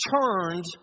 turned